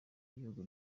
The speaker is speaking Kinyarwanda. gihugu